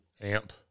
Amp